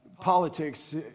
politics